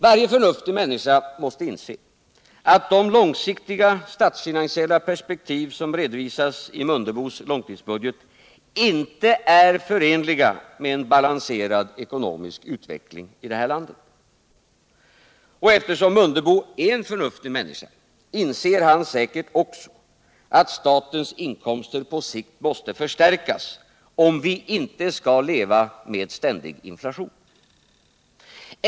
Varje förnuftig människa måste inse att de långsiktiga statsfinansiella perspektiv som redovisas i herr Mundebos långtidsbudget inte är förenliga med en balanserad ekonomisk utveckling i det här landet. Eftersom Ingemar Mundebo är en förnuftig människa inser han säkert också att statens inkomster på sikt måste förstärkas, om vi inte skall behöva leva med ständig inflation.